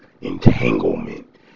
Entanglement